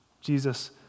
Jesus